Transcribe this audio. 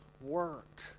work